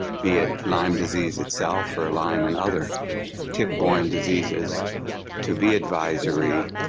be it lyme disease itself for lyme and other tick-borne diseases to be advisory